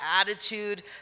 attitude